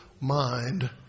mind